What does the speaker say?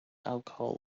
alcohol